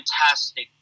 fantastic